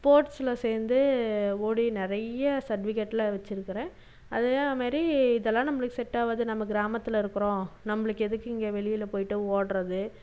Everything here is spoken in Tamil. ஸ்போர்ட்ஸில் சேர்ந்து ஓடி நிறைய சட்விகேட்லாம் வெச்சுருக்கறேன் அதேமாதிரி இதெல்லாம் நம்பளுக்கு செட் ஆகாது நம்ம கிராமத்தில் இருக்கிறோம் நம்பளுக்கு எதுக்கு இங்கே வெளியில் போயிட்டு ஓடுறது